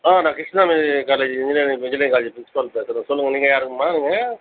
ஆ நான் Krishna engineering college engineering engineering college principal பேசுகிறேன் சொல்லுங்கள் நீங்கள் யாருங்கம்மா நீங்கள்